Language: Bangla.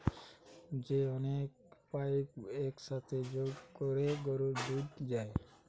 যে অনেক পাইপ এক সাথে যোগ কোরে গরুর দুধ যায়